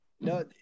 No